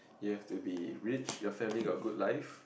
you have to be rich your family got good life